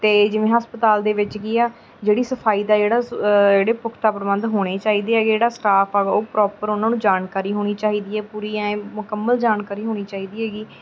ਅਤੇ ਜਿਵੇਂ ਹਸਪਤਾਲ ਦੇ ਵਿੱਚ ਕੀ ਆ ਜਿਹੜੀ ਸਫਾਈ ਦਾ ਜਿਹੜਾ ਜਿਹੜੇ ਪੁਖਤਾ ਪ੍ਰਬੰਧ ਹੋਣੇ ਚਾਹੀਦੇ ਹੈਗੇ ਜਿਹੜਾ ਸਟਾਫ ਆ ਉਹ ਪ੍ਰੋਪਰ ਉਹਨਾਂ ਨੂੰ ਜਾਣਕਾਰੀ ਹੋਣੀ ਚਾਹੀਦੀ ਹੈ ਪੂਰੀ ਆਏਂ ਮੁਕੰਮਲ ਜਾਣਕਾਰੀ ਹੋਣੀ ਚਾਹੀਦੀ ਹੈਗੀ